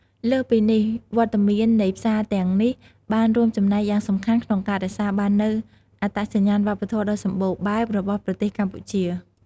លើសពីនេះ វត្តមាននៃផ្សារទាំងនេះបានរួមចំណែកយ៉ាងសំខាន់ក្នុងការរក្សាបាននូវអត្តសញ្ញាណវប្បធម៌ដ៏សម្បូរបែបរបស់ប្រទេសកម្ពុជា។